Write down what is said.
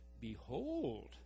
Behold